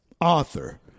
author